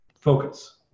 focus